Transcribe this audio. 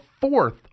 fourth